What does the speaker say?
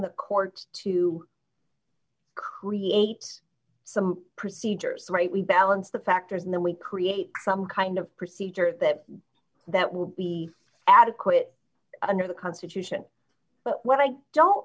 the courts to create some procedures right we balance the factors and then we create some kind of procedure that that will be adequate under the constitution but what i don't